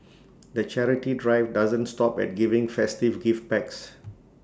the charity drive doesn't stop at giving festive gift packs